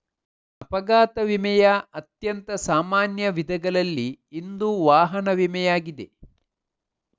ಅಪಘಾತ ವಿಮೆಯ ಅತ್ಯಂತ ಸಾಮಾನ್ಯ ವಿಧಗಳಲ್ಲಿ ಇಂದು ವಾಹನ ವಿಮೆಯಾಗಿದೆ